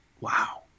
Wow